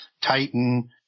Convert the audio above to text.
Titan-